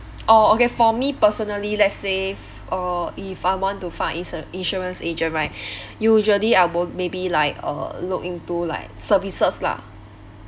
orh okay for me personally let's say uh if I want to find insu~ insurance agent right usually I will maybe like uh look into like services lah